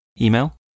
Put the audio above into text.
email